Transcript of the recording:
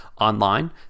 online